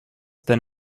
than